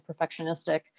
perfectionistic